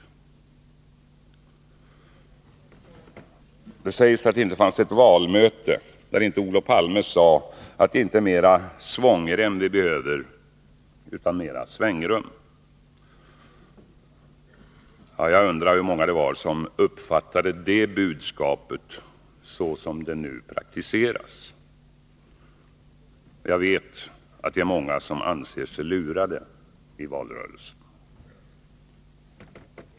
Det sägs att det inte fanns ett valmöte där inte Olof Palme sade att det inte är mera svångrem vi behöver utan mera svängrum. Jag undrar hur många det var som uppfattade det budskapet så som det nu praktiseras. Jag vet att det är många som anser sig lurade i valrörelsen.